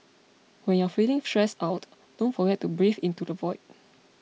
when you are feeling stressed out don't forget to breathe into the void